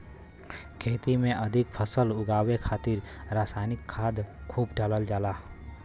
खेती में अधिक फसल उगावे खातिर रसायनिक खाद खूब डालल जाला